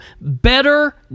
better